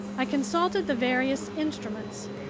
i consulted the various instruments.